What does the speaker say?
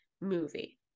movie